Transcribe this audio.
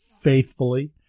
faithfully